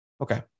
Okay